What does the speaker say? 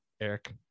Eric